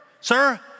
sir